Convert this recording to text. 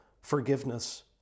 forgiveness